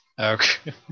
Okay